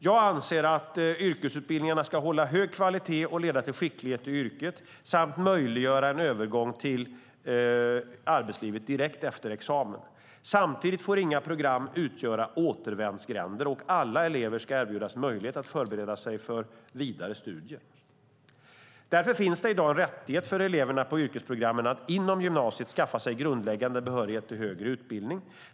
Jag anser att yrkesutbildningarna ska hålla hög kvalitet och leda till skicklighet i yrket samt möjliggöra en övergång till arbetslivet direkt efter examen. Samtidigt får inga program utgöra återvändsgränder, och alla elever ska erbjudas möjlighet att förbereda sig för vidare studier. Därför finns det i dag en rättighet för eleverna på yrkesprogrammen att inom gymnasieskolan skaffa sig grundläggande behörighet till högre utbildning.